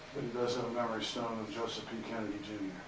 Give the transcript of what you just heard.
does have a memory stone of joseph p. kennedy, jr.